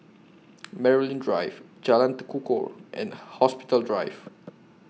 Maryland Drive Jalan Tekukor and Hospital Drive